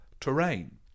terrain